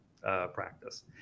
practice